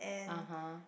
(uh huh)